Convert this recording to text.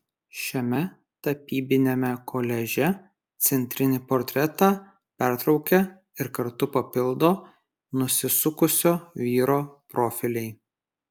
šiame tapybiniame koliaže centrinį portretą pertraukia ir kartu papildo nusisukusio vyro profiliai